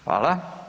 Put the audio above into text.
Hvala.